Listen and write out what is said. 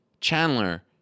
Chandler